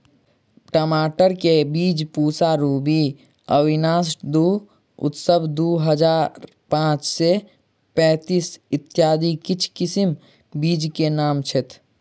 टमाटर केँ बीज पूसा रूबी, अविनाश दु, उत्सव दु हजार पांच सै पैतीस, इत्यादि किछ किसिम बीज केँ नाम छैथ?